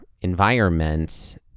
environment